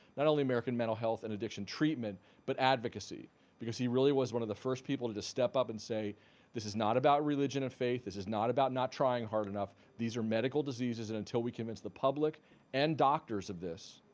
not only american mental health and addiction treatment but advocacy because he really was one of the first people to to step up and say this is not about religion and faith. this is not about not trying hard enough. these are medical diseases and until we convince the public and doctors of this,